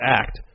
act